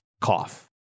Cough